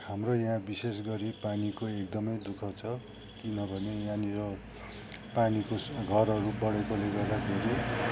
हाम्रो या विशेष गरी पानीको एकदमै दुःख छ किनभने यहाँनिर पानीको स् घरहरू बढेकोले गर्दाखेरि